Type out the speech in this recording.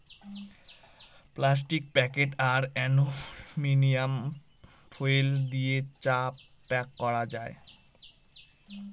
plastic packet আর aluminium foil দিয়ে চা প্যাক করা যায়